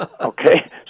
Okay